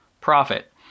profit